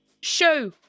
Show